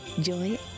joy